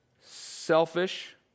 selfish